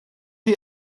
chi